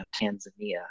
Tanzania